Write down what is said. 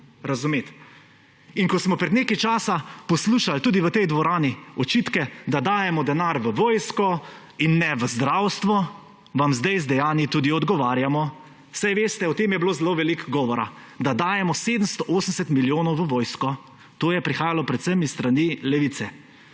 razumeti. In ko smo pred nekaj časa poslušali tudi v tej dvorani očitke, da dajemo denar v vojsko in ne v zdravstvo; vam sedaj z dejanji tudi odgovarjamo. Saj veste, o tem je bilo zelo veliko govora, da dajemo 780 milijonov v vojsko. To je prihajalo predvsem s strani Levice.